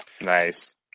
Nice